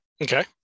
okay